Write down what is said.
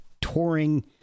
touring